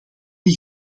die